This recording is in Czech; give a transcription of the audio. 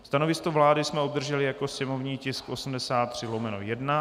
Stanovisko vlády jsme obdrželi jako sněmovní tisk 83/1.